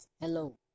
hello